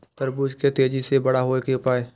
तरबूज के तेजी से बड़ा होय के उपाय?